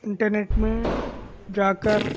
internet میں جا کر